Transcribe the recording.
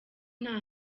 nta